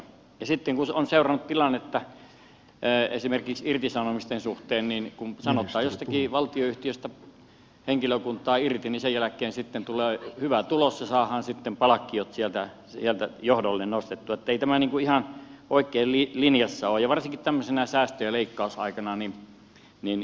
ja sitten kun on seurannut tilannetta esimerkiksi irtisanomisten suhteen kun sanotaan jostakin valionyhtiöstä henkilökuntaa irti niin sen jälkeen sitten tulee hyvä tulos ja saadaan palkkiot sieltä johdolle nostettua niin että ei tämä ihan oikein linjassa ole